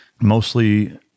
Mostly